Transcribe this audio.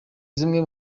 zimwe